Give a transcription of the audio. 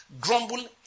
Grumble